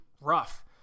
rough